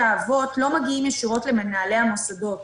האבות לא מגיעות ישירות למנהלי המוסדות.